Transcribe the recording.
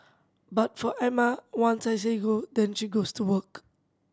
but for Emma once I say go then she goes to work